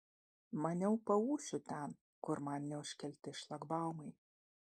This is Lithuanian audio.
maniau paūšiu ten kur man neužkelti šlagbaumai